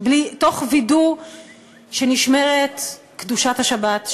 תוך וידוא שנשמרת קדושת השבת,